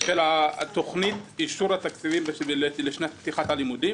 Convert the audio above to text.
של תכנית אישור התקציבים לפתיחת שנת הלימודים